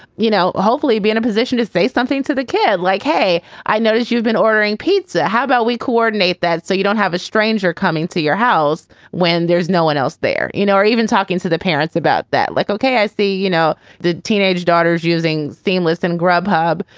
you know, hopefully be in a position to say something to the kid like, hey, i notice you've been ordering pizza. how about we coordinate that so you don't have a stranger coming to your house when there's no one else there you know or even talking to the parents about about that? like okay. i see, you know, the teenage daughters using seamless and grubhub.